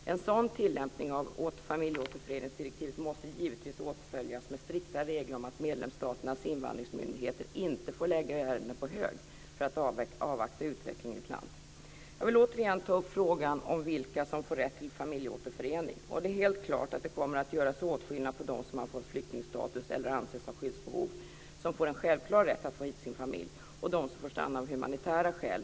En sådan tillämpning av familjeåterföreningsdirektivet måste givetvis åtföljas av strikta regler om att medlemsstaternas invandringsmyndigheter inte får lägga ärenden på hög för att avvakta utvecklingen i ett land. Jag vill återigen ta upp frågan om vilka som får rätt till familjeåterförening. Det är helt klart att det kommer att göras åtskillnad mellan å ena sidan dem som har fått flyktingstatus eller anses ha skyddsbehov och som har en självklar rätt att få hit sin familj och å andra sidan dem som får stanna av humanitära skäl.